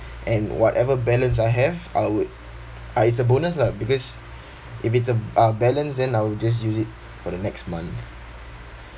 and whatever balance I have I would ah it's a bonus lah because if it's a uh balance then I'll just use it for the next month